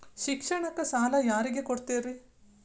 ಶಿಕ್ಷಣಕ್ಕ ಸಾಲ ಯಾರಿಗೆ ಕೊಡ್ತೇರಿ?